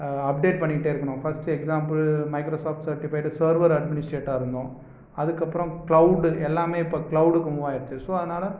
update பண்ணிக்கிட்டே இருக்கணும் first example Microsoft certified server அட்மினிஸ்ட்ரேட்டாக இருந்தோம் அதுக்கப்புறம் க்ளௌடு எல்லாமே இப்போ க்ளௌடுக்கு மூவ் ஆயிடுச்சு ஸோ அதனால